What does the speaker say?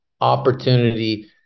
opportunity